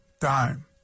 dime